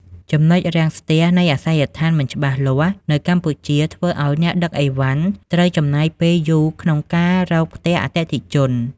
ចំណុចរាំងស្ទះនៃ "អាសយដ្ឋានមិនច្បាស់លាស់" នៅកម្ពុជា ធ្វើឱ្យអ្នកដឹកអីវ៉ាន់ត្រូវចំណាយពេលយូរក្នុងការរកផ្ទះអតិថិជន។